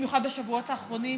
במיוחד בשבועות האחרונים,